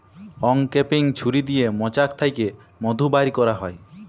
uncapping ছুরি দিয়ে মোচাক থ্যাকে মধু ব্যার ক্যারা হয়